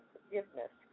Forgiveness